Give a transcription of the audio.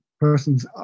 persons